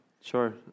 Sure